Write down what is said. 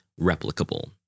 replicable